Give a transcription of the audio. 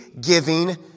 giving